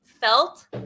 felt